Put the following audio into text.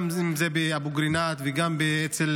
אם זה באבו קרינאת ואם אצל